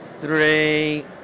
three